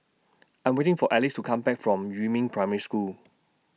I'm waiting For Ellis to Come Back from Yumin Primary School